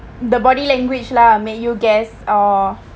the body language lah make you guess